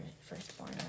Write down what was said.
firstborn